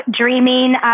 dreaming